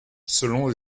selon